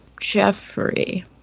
jeffrey